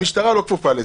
המשטרה לא כפופה לזה.